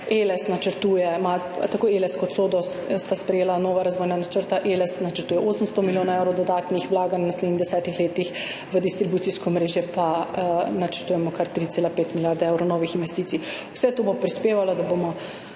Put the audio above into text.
elektromobilnost. Tako Eles kot SODO sta sprejela nova razvojna načrta, Eles načrtuje 800 milijonov evrov dodatnih vlaganj v naslednjih desetih letih, v distribucijsko omrežje pa načrtujemo kar 3,5 milijarde evrov novih investicij. Vse to bo prispevalo, da bomo